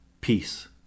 Peace